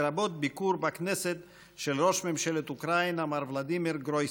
לרבות ביקור בכנסת של ראש ממשלת אוקראינה מר ולדימיר גרויסמן.